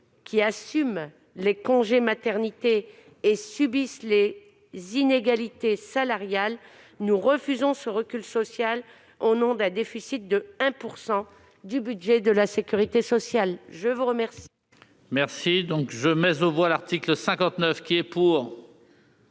qui assument les congés maternité et subissent les inégalités salariales. Nous refusons ce recul social au nom d'un déficit de 1 % du budget de la sécurité sociale. Je mets aux voix